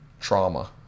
trauma